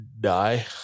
die